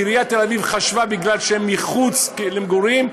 עיריית תל-אביב חשבה שמכיוון שהם מחוץ לאזור מגורים,